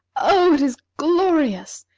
oh, it is glorious!